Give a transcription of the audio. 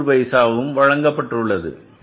90 பைசாவும் வழங்கப்பட்டுள்ளது